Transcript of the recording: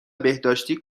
بهداشتی